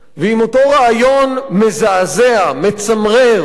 ועם אותו רעיון מזעזע, מצמרר,